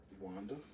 Wanda